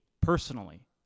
personally